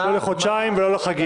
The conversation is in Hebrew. לא לחודשיים ולא לחגים.